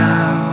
Now